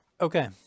Okay